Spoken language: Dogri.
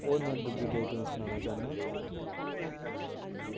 और में दुगी डेट तुसें सनाना चाह्नां